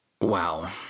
wow